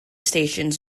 stations